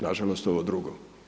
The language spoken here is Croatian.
Nažalost, ovo drugo.